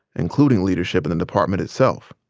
including leadership in the department itself.